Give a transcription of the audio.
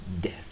death